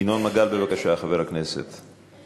חבר הכנסת ינון מגל, בבקשה.